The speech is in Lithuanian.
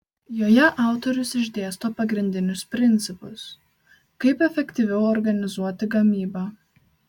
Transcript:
joje autorius išdėsto pagrindinius principus kaip efektyviau organizuoti gamybą